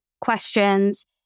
questions